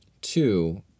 Two